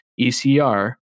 ECR